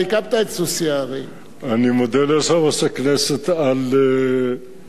אני מודה ליושב-ראש הכנסת, אתה הקמת את סוסיא הרי.